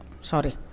sorry